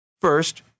First